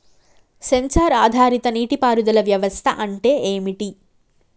Censor ఆధారిత నీటి పారుదల వ్యవస్థ అంటే ఏమిటి?